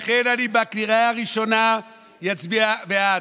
לכן בקריאה הראשונה אני אצביע בעד,